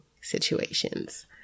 situations